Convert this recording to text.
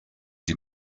die